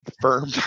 firm